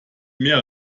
mehr